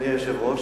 אדוני היושב-ראש,